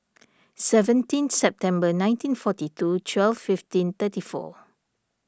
seventeen September nineteen forty two twelve fifteen thirty four